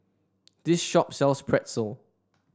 this shop sells Pretzel